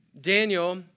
Daniel